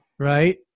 Right